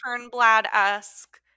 Turnblad-esque